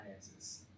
finances